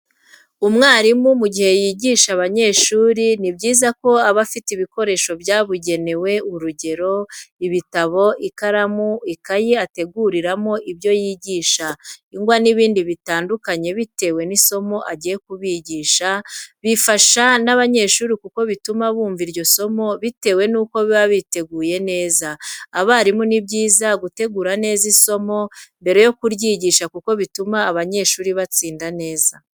Umwarimu mu gihe yigisha abanyeshuri ni byiza ko aba afite ibikoresho byabugenewe urugero: ibitabo, ikaramu, ikayi ateguriramo ibyo yigisha, ingwa n`ibindi bitandukanye bitewe nisomo agiye kubigishaho, bifasha n'abanyeshuri kuko bituma bumva iryo somo bitewe nuko biba biteguye neza, abarimu ni byiza gutegura neza isomo mbere yo kuryigisha kuko bituma abanyeshuri batsinda neza.